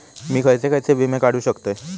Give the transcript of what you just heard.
मी खयचे खयचे विमे काढू शकतय?